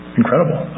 incredible